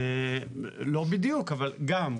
לא בדיוק אבל גם,